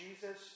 Jesus